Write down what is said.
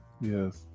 yes